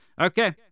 okay